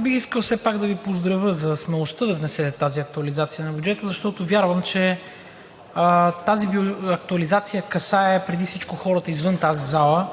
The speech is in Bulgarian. бих искал все пак да Ви поздравя за смелостта да внесете тази актуализация на бюджета, защото вярвам че тя касае преди всичко хората извън тази зала.